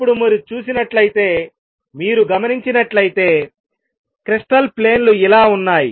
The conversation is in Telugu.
ఇప్పుడు మీరు చూసినట్లయితే మీరు గమనించినట్లయితే క్రిస్టల్ ప్లేన్ లు ఇలా ఉన్నాయి